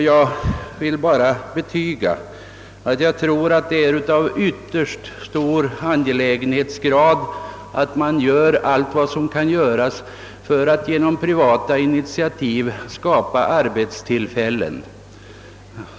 Jag vill bara betyga att jag tror att det är synnerligen angeläget att man gör allt vad som kan göras för att genom privata initiativ skapa arbetstillfällen.